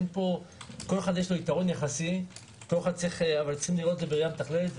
לכל אחד יש יתרון יחסי אבל צריך לראות את זה בראייה מתכללת.